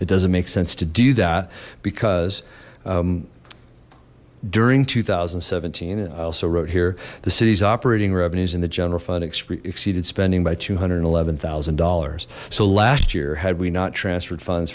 it doesn't make sense to do that because during two thousand and seventeen and i also wrote here the city's operating revenues in the general fund exceeded spending by two hundred eleven thousand dollars so last year had we not transferred funds